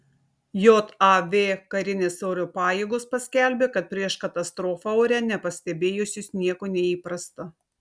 jav karinės oro pajėgos paskelbė kad prieš katastrofą ore nepastebėjusios nieko neįprasta